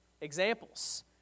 examples